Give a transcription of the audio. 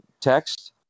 text